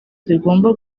zigomba